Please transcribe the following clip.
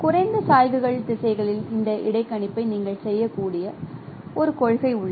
குறைந்த சாய்வுகளின் திசைகளில் இந்த இடைக்கணிப்பை நீங்கள் செய்யக்கூடிய ஒரு கொள்கை உள்ளது